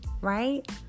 right